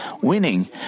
winning